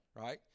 right